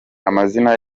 amazina